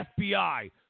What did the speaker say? FBI